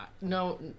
no